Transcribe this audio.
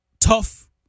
tough